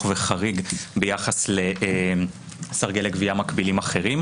וחריג ביחס לסרגלי גבייה מקבילים אחרים,